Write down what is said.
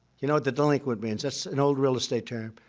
you know what the delinquent means? that's an old real estate term.